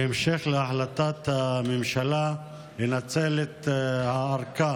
בהמשך להחלטת הממשלה לנצל את הארכה